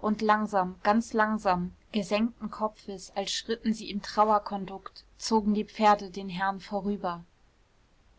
und langsam ganz langsam gesenkten kopfes als schritten sie im trauerkondukt zogen die pferde den herrn vorüber